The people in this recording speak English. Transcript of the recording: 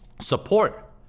support